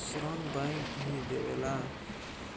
ऋण बैंक ही देवेला